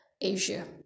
asia